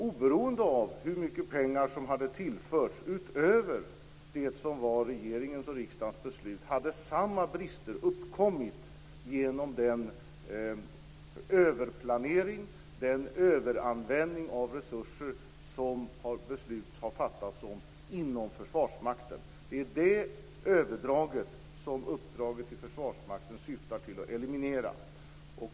Oberoende av hur mycket pengar som hade tillförts utöver det som var regeringens och riksdagens beslut hade samma brister uppkommit genom den överplanering, den överanvändning av resurser som beslut har fattats om inom Försvarsmakten. Det är det överdraget som uppdraget till Försvarsmakten syftar till att eliminera.